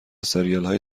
سریالهای